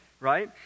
right